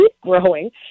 growing